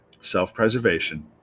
Self-preservation